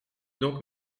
donc